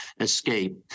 escape